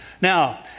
Now